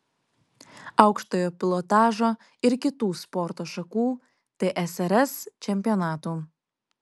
aukštojo pilotažo ir kitų sporto šakų tsrs čempionatų